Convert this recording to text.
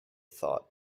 thought